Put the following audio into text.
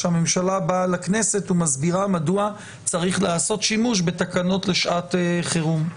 כשהממשלה באה לכנסת ומסבירה מדוע צריך לעשות שימוש בתקנות לשעת חירום.